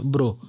Bro